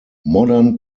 modern